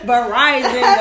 Verizon